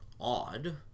odd